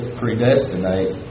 predestinate